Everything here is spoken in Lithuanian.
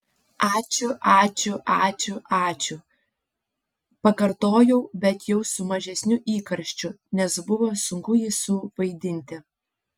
ačiū ačiū ačiū ačiū pakartojau bet jau su mažesniu įkarščiu nes buvo sunku jį suvaidinti